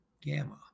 gamma